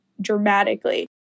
dramatically